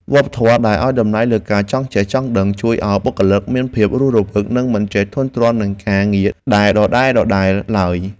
វប្បធម៌ដែលឱ្យតម្លៃលើការចង់ចេះចង់ដឹង ជួយឱ្យបុគ្គលិកមានភាពរស់រវើកនិងមិនចេះធុញទ្រាន់នឹងការងារដែលដដែលៗឡើយ។